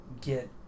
get